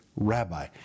Rabbi